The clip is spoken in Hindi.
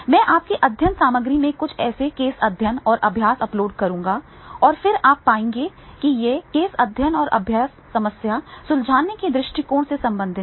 मैं आपके अध्ययन सामग्री में कुछ केस अध्ययन और अभ्यास अपलोड करूंगा और फिर आप पाएंगे कि ये केस अध्ययन और अभ्यास समस्या सुलझाने के दृष्टिकोण से संबंधित हैं